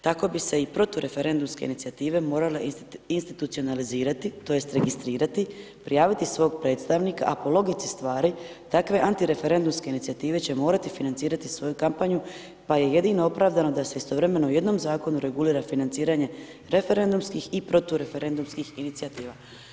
Tako bi se protureferendumske inicijative morale institucionalizirati, tj. registrirati, prijaviti svog predstavnika a po logici stvari, takve protureferendumske inicijative će morati financirati svoju kampanju pa je jedino opravdano da se istovremeno u jednom zakonu regulira financiranje referendumskih i protureferendumskih inicijativa.